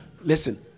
Listen